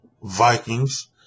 Vikings